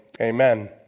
Amen